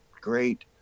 great